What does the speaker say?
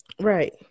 Right